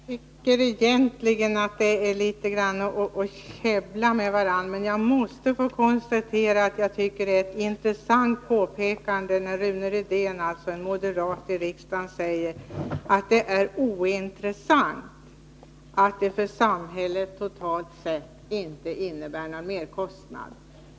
Herr talman! Jag tycker egentligen att det är litet av att käbbla med varandra, men jag måste få konstatera att det är ett intressant påpekande när Rune Rydén, alltså en moderat ledamot, säger i riksdagen att kostnadsaspekten är ointressant, när det för samhället totalt sett inte innebär någon merkostnad.